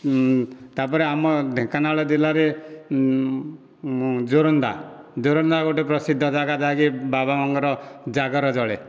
ତା'ପରେ ଆମ ଢେଙ୍କାନାଳ ଜିଲ୍ଲାରେ ଯୋରନ୍ଦା ଯୋରନ୍ଦା ଗୋଟେ ପ୍ରସିଦ୍ଧ ଜାଗା ଯାହାକି ବାବାଙ୍କର ଜାଗର ଜଳେ